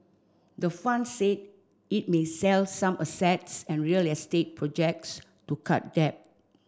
the fund said it needs sell some assets and real estate projects to cut debt